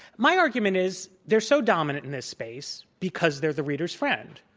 my argument is, they're so dominant in this space because they're the reader's friend.